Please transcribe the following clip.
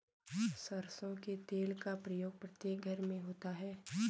सरसों के तेल का प्रयोग प्रत्येक घर में होता है